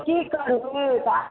की करबै तऽ